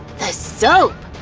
the soap!